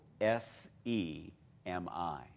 S-E-M-I